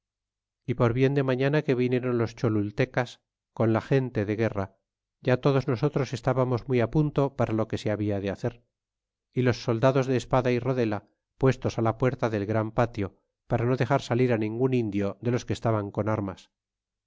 é por bien de mañana que vinieron los cholttlteeas con la gente de guerra ya todos nosotros estábamos muy apunto para lo que se habia de hacer y los soldados de espada y rodela puestos á la puerta del gran patio para no dexar salir á ningun indio de los que estaban con armas